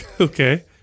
Okay